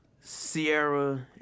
Sierra